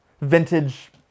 vintage